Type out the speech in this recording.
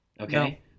Okay